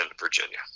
virginia